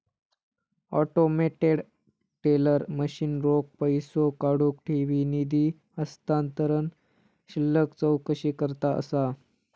automated teller machine रोख पैसो काढुक, ठेवी, निधी हस्तांतरण, शिल्लक चौकशीकरता असा